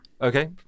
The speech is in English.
Okay